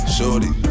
Shorty